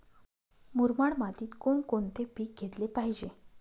मुरमाड मातीत कोणकोणते पीक घेतले पाहिजे?